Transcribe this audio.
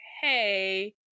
hey